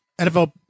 NFL